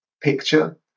picture